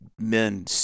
men